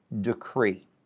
decree